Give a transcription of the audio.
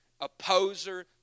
opposer